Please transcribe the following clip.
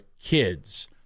kids